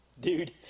dude